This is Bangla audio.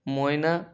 ময়না